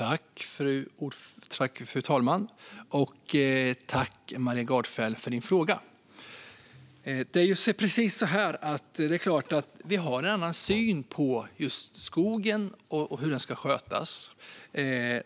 Fru talman! Tack, Maria Gardfjell, för din fråga! Vi har en annan syn på just skogen och hur den ska skötas.